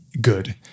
Good